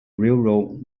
railroad